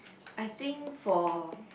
I think for